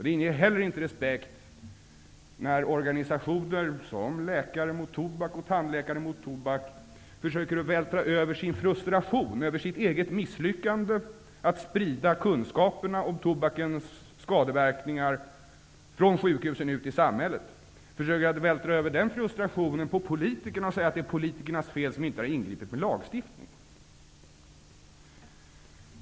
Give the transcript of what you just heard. Det inger heller inte respekt när organisationer som Läkare mot tobak och Tandläkare mot tobak försöker vältra sin frustration över sitt eget misslyckande med att sprida kunskaperna om tobakens skadeverkningar från sjukhusen ut i samhället över på politikerna genom att säga att felet är politikernas, eftersom dessa inte har ingripit med lagstiftning.